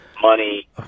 Money